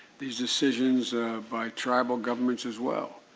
these decisions by tribal governments as well.